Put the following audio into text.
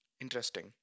Interesting